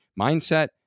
mindset